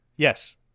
Yes